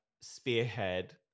spearhead